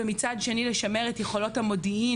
ומהצד השני לשמר את יכולות המודיעין